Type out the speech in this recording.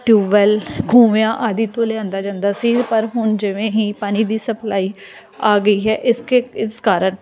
tube well ਖੂਹਾਂ ਆਦਿ ਤੋਂ ਲਿਆਂਉਦਾ ਜਾਂਦਾ ਸੀ ਪਰ ਹੁਣ ਜਿਵੇਂ ਹੀ ਪਾਣੀ ਦੀ ਸਪਲਾਈ ਆ ਗਈ ਹੈ ਇਸਕੇ ਇਸ ਕਾਰਨ